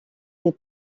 des